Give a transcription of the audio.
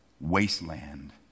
wasteland